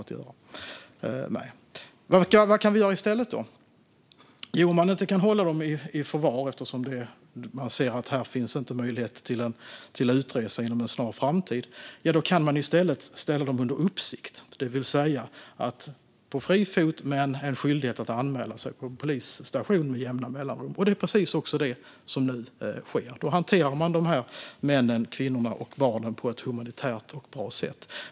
Vad kan vi då göra i stället? Om man inte kan hålla dem i förvar eftersom man ser att det inte finns möjlighet till utresa inom en snar framtid kan man i stället ställa dem under uppsikt, det vill säga på fri fot men med en skyldighet att anmäla sig på en polisstation med jämna mellanrum. Det är precis det som nu sker. Då hanterar man de här männen, kvinnorna och barnen på ett humanitärt och bra sätt.